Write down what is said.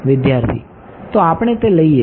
વિદ્યાર્થી તો આપણે તે લઈએ